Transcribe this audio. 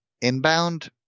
inbound